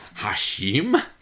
Hashim